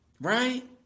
Right